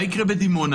מה יקרה בדימונה?